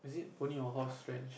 pony or horse rat shit